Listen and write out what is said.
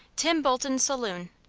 tim bolton's saloon.